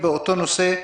השאלה